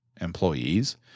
employees